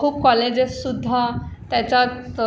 खूप कॉलेजेससुद्धा त्याच्यात